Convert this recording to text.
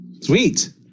Sweet